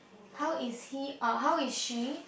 how is he uh how is she